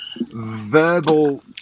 verbal